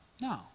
No